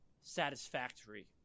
satisfactory